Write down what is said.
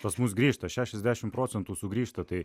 pas mus grįžta šešiasdešim procentų sugrįžta tai